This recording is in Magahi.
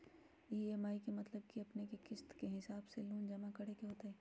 ई.एम.आई के मतलब है कि अपने के किस्त के हिसाब से लोन जमा करे के होतेई?